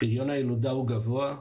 פריון הילודה הוא גבוה,